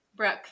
Brooke